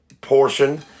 portion